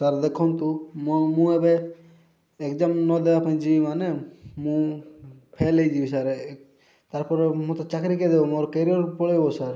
sir ଦେଖନ୍ତୁ ମୋ ମୁଁ ଏବେ ଏକ୍ଜାମ ନ ଦେବାପାଇଁ ଯିବି ମାନେ ମୁଁ ଫେଲ୍ ହେଇଯିବି ସାର୍ ଏ ତା'ର ପରେ ମୋତେ ଚାକିରି କିଏ ଦେବ ମୋର କ୍ୟାରିଅର୍ ପଳେଇବ ସାର୍